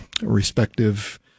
respective